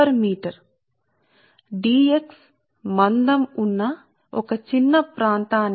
కాబట్టి మందం ఉన్న చిన్న ప్రాంతానికి అవకలన ఫ్లక్స్ dx ఇది మందం dx ఇది dx సరే